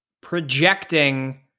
projecting